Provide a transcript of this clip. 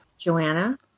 Joanna